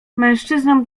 mężczyzną